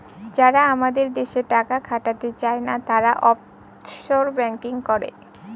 যারা আমাদের দেশে টাকা খাটাতে চায়না, তারা অফশোর ব্যাঙ্কিং করে